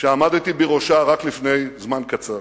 כשעמדתי בראשה רק לפני זמן קצר.